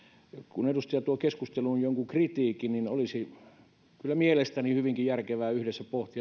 kun edustaja tuo keskusteluun jonkun kritiikin niin olisi kyllä mielestäni hyvinkin järkevää yhdessä pohtia